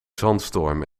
zandstorm